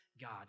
God